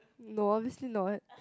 no obviously not